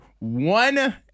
one